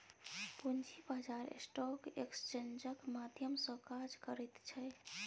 पूंजी बाजार स्टॉक एक्सेन्जक माध्यम सँ काज करैत छै